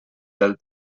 del